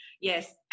Yes